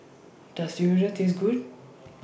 Does Taste Good